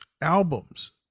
albums